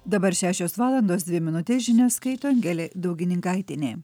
dabar šešios valandos dvi minutės žinias skaito angelė daugininkaitienė